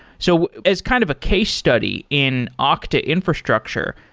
so as kind of a case study in ah okta infrastructure,